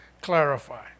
clarify